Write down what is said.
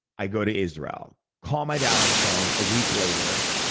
i go to israel, call my dad on the phone a week later.